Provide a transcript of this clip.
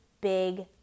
big